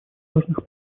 важных